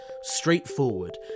straightforward